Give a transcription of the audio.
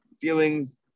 Feelings